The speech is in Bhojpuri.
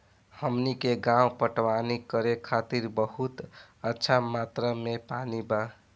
हमनी के गांवे पटवनी करे खातिर बहुत अच्छा मात्रा में पानी बा